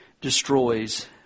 destroys